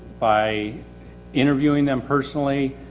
by interviewing them personally.